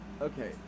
okay